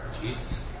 Jesus